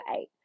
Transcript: eight